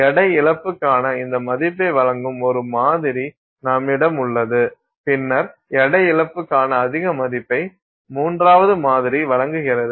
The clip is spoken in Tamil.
எடை இழப்புக்கான இந்த மதிப்பை வழங்கும் ஒரு மாதிரி நம்மிடம் உள்ளது பின்னர் எடை இழப்புக்கான அதிக மதிப்பை மூன்றாவது மாதிரி வழங்குகிறது